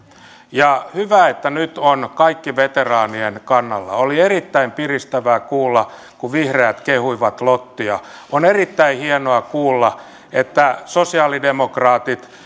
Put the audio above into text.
ja hyvä että nyt ovat kaikki veteraanien kannalla oli erittäin piristävää kuulla kun vihreät kehuivat lottia on erittäin hienoa kuulla että sosialidemokraatit